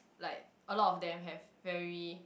like a lot of them have very